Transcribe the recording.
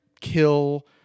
kill